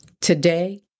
today